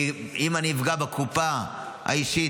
כי אם אני אפגע בקופה האישית,